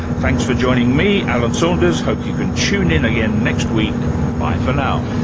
thanks for joining me, alan saunders, hope you can tune in again next week bye for now!